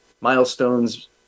milestones